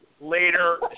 later